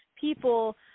people